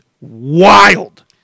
wild